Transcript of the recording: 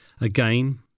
Again